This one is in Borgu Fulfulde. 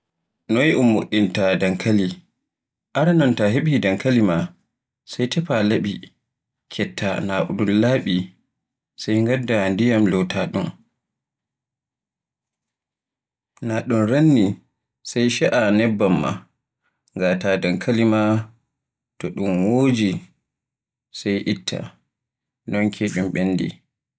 Noy un mo'inta dankali, aranon ta heɓi dankali maa, sai tefa laɓi ketta naa ɗun laaɓi, sai ngadda ndiyam loota ɗum naa ɗun ranni. Sai caa nebban ma, ngata dankali maa to ɗun woji sai itta, noon ke ɗun ɓendi.